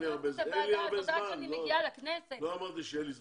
אני אוהבת את הוועדה ועד שאני מגיעה לכנסת --- לא אמרתי שאין לי זמן,